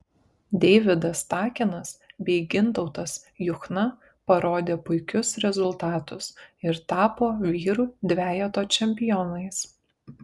deividas takinas bei gintautas juchna parodė puikius rezultatus ir tapo vyrų dvejeto čempionais